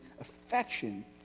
affection